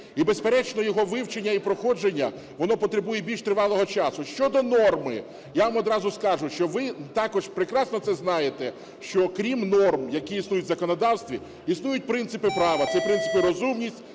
І, безперечно, його вивчення і проходження, воно потребує більш тривалого часу. Щодо норми. Я вам одразу скажу, що ви також прекрасно це знаєте, що крім норм, які існують в законодавстві, існують принципи права, ці принципи – розумність,